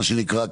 מה שנקרא,